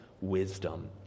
wisdom